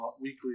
weekly